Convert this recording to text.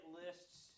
lists